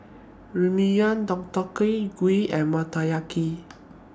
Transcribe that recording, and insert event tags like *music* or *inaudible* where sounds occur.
Ramyeon Deodeok *unintelligible* Gui and Motoyaki